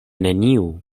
neniu